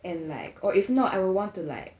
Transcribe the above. and like or if not I will want to like